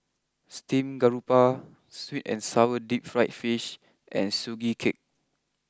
Steamed Garoupa sweet and Sour deep Fried Fish and Sugee Cake